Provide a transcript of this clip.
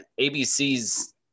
ABC's